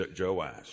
Joash